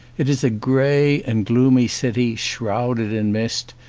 it is a grey and gloomy city, shrouded in mist,